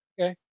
okay